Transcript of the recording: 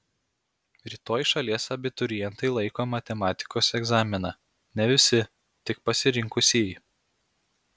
rytoj šalies abiturientai laiko matematikos egzaminą ne visi tik pasirinkusieji